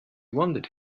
wondered